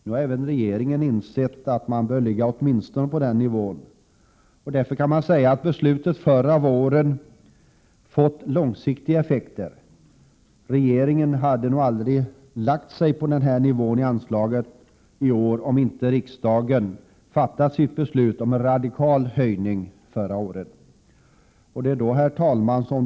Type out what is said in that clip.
Nu har även regeringen insett att man bör ligga åtminstone på den nivån. Man kan därför säga att beslutet förra våren fått långsiktiga effekter. Regeringen hade nog aldrig lagt sig på den här nivån i anslaget i år, om inte riksdagen fattat sitt beslut om en radikal höjning förra året. Herr talman!